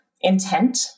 intent